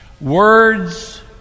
words